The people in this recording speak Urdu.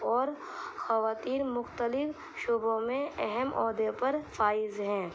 اور خواتین مختلف شعبوں میں اہم عہدے پر فائز ہیں